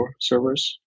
servers